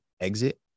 exit